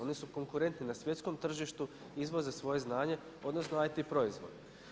Oni su konkurentni na svjetskom tržištu, izvoze svoje znanje, odnosno IT proizvod.